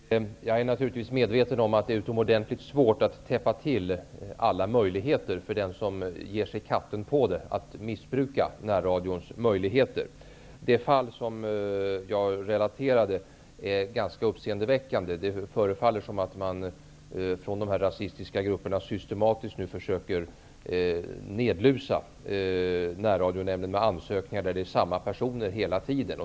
Herr talman! Jag är naturligtvis medveten om att det är utomordentligt svårt att täppa till alla möjligheter för den som ger sig katten på att missbruka närradions möjligheter. De fall som jag relaterade är ganska uppseendeväckande. Det förefaller som att man från dessa rasistiska grupper systematiskt försöker nedlusa Närradionämnden med ansökningar där det hela tiden är samma personer det gäller.